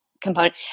component